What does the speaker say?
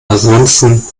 ansonsten